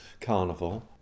carnival